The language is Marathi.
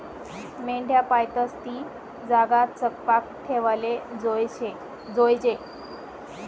मेंढ्या पायतस ती जागा चकपाक ठेवाले जोयजे